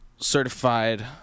certified